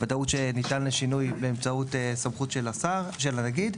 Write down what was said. ודאות שזה ניתן לשינוי בהתאם לסמכות של הנגיד,